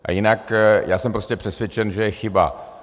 A jinak já jsem prostě přesvědčen, že je chyba...